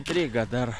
intrigą dar